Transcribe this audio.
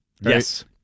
Yes